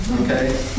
Okay